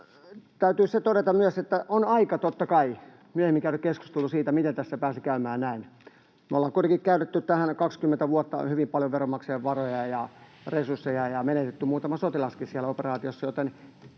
täytyy se todeta myös, että on aika, totta kai, myöhemmin käydä keskustelua siitä, miten tässä pääsi käymään näin. Me ollaan kuitenkin käytetty tähän 20 vuotta hyvin paljon veronmaksajien varoja ja resursseja ja menetetty muutama sotilaskin siellä operaatiossa, joten